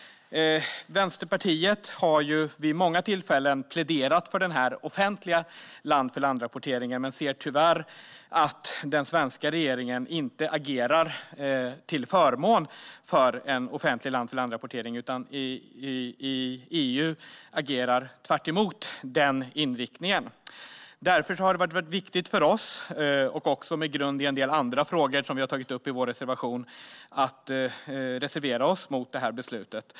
Vänsterpartiet har vid många tillfällen pläderat för den offentliga land-för-land-rapporteringen men ser tyvärr att den svenska regeringen inte agerar till förmån för en offentlig land-för-land-rapportering utan i EU agerar tvärtemot den inriktningen. Därför har det varit viktigt för oss, också med grund i en del andra frågor som vi har tagit upp i vår reservation, att reservera oss mot beslutet.